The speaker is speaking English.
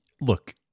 look